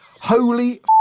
holy